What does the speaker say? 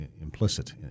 implicit